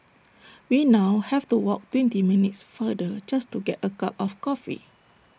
we now have to walk twenty minutes farther just to get A cup of coffee